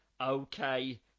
okay